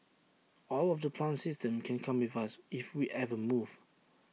all of the plant systems can come with us if we ever move